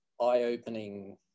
eye-opening